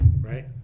Right